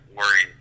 worry